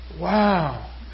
wow